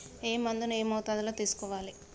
ఏ మందును ఏ మోతాదులో తీసుకోవాలి?